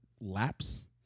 lapse